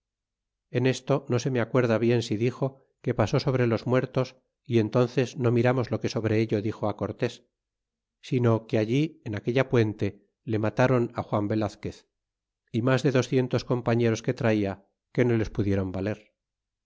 en esto no se me acuerda bien si dixo que pasó sobre los muertos y entónces no miramos lo que sobre ello dixo á cortés sino que allí en aquella puente le mataron juan velazquez y mas de docientos compañeros que traia que no les pudiéron valer